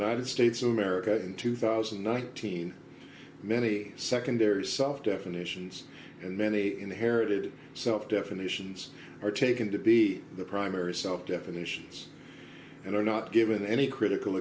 united states of america in two thousand and nineteen many secondary soft definitions and many inherited self definitions are taken to be the primary self definitions and are not given any critical